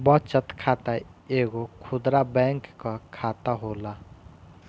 बचत खाता एगो खुदरा बैंक कअ खाता होला